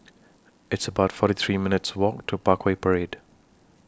It's about forty three minutes' Walk to Parkway Parade